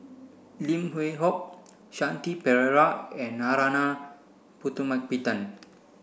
Lim Yew Hock Shanti Pereira and Narana Putumaippittan